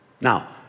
Now